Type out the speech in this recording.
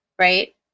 Right